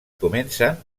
comencen